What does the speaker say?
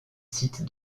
sites